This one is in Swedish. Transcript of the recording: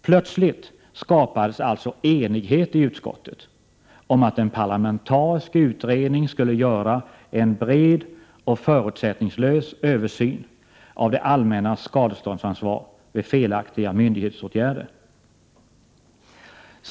Plötsligt skapades det alltså enighet i utskottet om att en parlamentarisk utredning skulle göra en bred och förutsättningslös översyn av det allmännas skadeståndsansvar vid felaktiga myndighetsåtgärder.